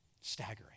Staggering